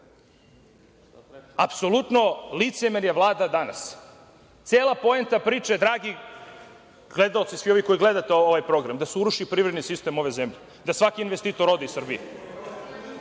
Apsolutno licemerje vlada danas. Cela poenta priče, dragi gledaoci, svi vi koji gledate ovaj program, jeste da se uruši privredni sistem ove zemlje, da svaki investitor ode iz Srbije.